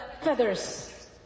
feathers